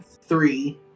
Three